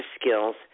skills